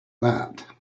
that